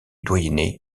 doyenné